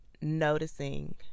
noticing